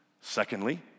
Secondly